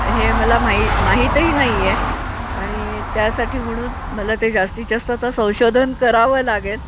हे मला माही माहीतही नाही आहे आणि त्यासाठी म्हणून मला ते जास्तीत जास्त आता संशोधन करावं लागेल